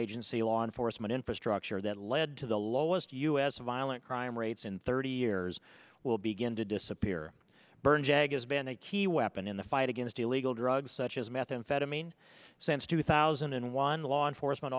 agency law enforcement infrastructure that led to the lowest u s violent crime rates in thirty years will begin to disappear burn jag has been a key weapon in the fight against illegal drugs such as methamphetamine since two thousand and one law enforcement